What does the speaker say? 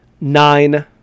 nine